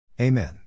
Amen